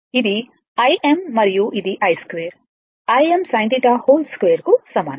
ఇది Im మరియు ఇది i2 Im sinθ2 కు సమానం